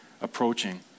approaching